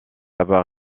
avoir